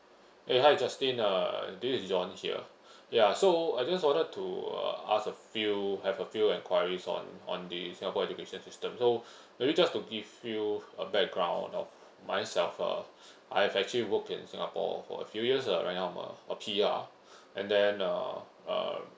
!hey! hi justin uh this is john here ya so I just wanted to uh ask a few have a few enquiries on on the singapore education system so may be just to give you a background of myself uh I have actually worked in singapore for a few years and end up uh a P_R and then uh uh